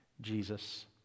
Jesus